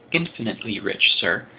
infinitely rich, sir,